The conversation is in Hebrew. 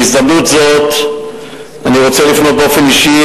בהזדמנות זאת אני רוצה לפנות באופן אישי